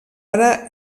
ara